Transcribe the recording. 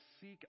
seek